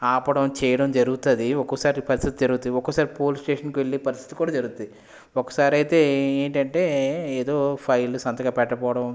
ఆపడం చెయ్యడం జరుగుతుంది ఒక్కోసారి పరిస్థితి జరుగుతాయ్ ఒక్కోసారి పోలీస్ స్టేషన్కి వెళ్ళే పరిస్థితి కూడా జరుగుతుంది ఒకసారి అయితే ఏంటంటే ఫైల్ మీద సంతకం పెట్టకపోవడం